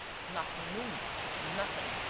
nothing moved, nothing!